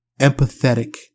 empathetic